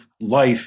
life